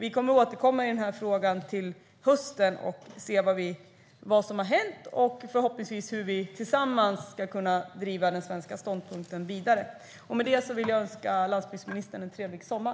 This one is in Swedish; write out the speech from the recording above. Vi kommer att återkomma i den här frågan till hösten och se vad som har hänt och förhoppningsvis också hur vi tillsammans ska kunna driva den svenska ståndpunkten vidare. Med det vill jag önska landsbygdsministern en trevlig sommar.